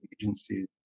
agencies